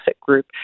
group